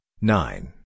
nine